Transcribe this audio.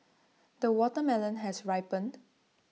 the watermelon has ripened